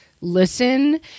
listen